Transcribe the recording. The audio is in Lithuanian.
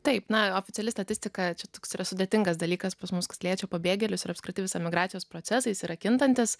taip na oficiali statistika čia toks yra sudėtingas dalykas pas mus kas liečia pabėgėlius ir apskritai visą migracijos procesais yra kintantis